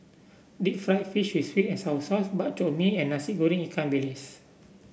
Deep Fried Fish with sweet and sour sauce Bak Chor Mee and Nasi Goreng Ikan Bilis